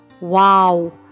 Wow